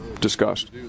discussed